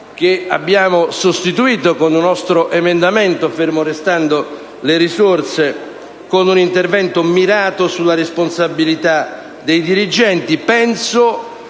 che abbiamo sostituito, con un nostro emendamento, ferme restando le risorse, con un intervento mirato sulla responsabilità dei dirigenti.